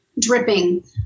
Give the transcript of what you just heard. dripping